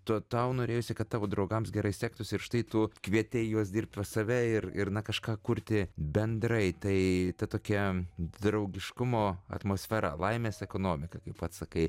to tau norėjosi kad tavo draugams gerai sektųsi ir štai tu kvietei juos dirbt pas save ir ir na kažką kurti bendrai tai ta tokia draugiškumo atmosfera laimės ekonomika kaip pats sakai